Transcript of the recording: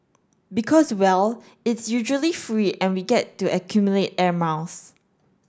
because well it's usually free and we get to accumulate air miles